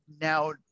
now